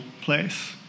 place